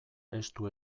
estu